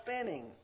spinning